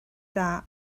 dda